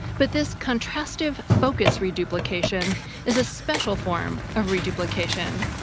but this contrastive focus reduplication is a special form of reduplication.